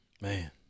Man